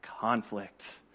conflict